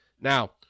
Now